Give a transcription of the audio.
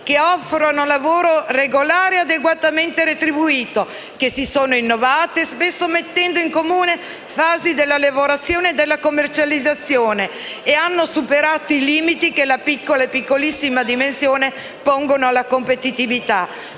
che offrono lavoro regolare e adeguatamente retribuito, che si sono innovate, spesso mettendo in comune fasi della lavorazione e della commercializzazione, ed hanno superato i limiti che la piccola e piccolissima dimensione pongono alla competitività.